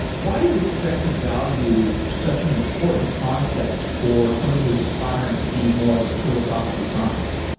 why is expected value such an important concept for somebody who's aspiring to be more philosophically conscious?